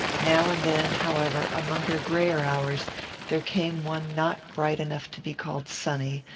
now and then, however, among their greyer hours there came one not bright enough to be called sunny,